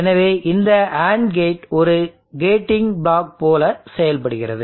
எனவே இந்த AND gate ஒரு கேட்டிங் பிளாக் போல செயல்படுகிறது